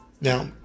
Now